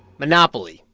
monopoly,